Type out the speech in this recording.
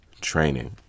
training